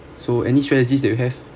so any strategies that you have